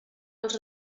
els